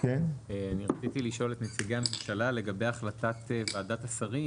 רציתי לשאול את נציגי הממשלה לגבי החלטת ועדת השרים,